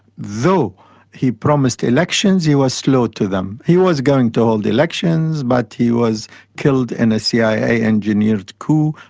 though he promised elections, he was slow to them. he was going to hold elections but he was killed in a cia engineered coup,